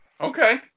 Okay